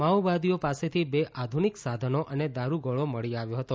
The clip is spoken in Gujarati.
માઓવાદીઓ પાસેથી બે આધુનિક સાધનો અને દારૂગોળો મળી આવ્યો હતો